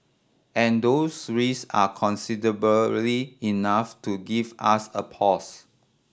and those risk are considerably enough to give us a pause